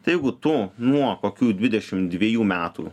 tai jeigu tu nuo kokių dvidešimt dvejų metų